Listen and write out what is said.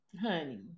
Honey